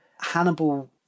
Hannibal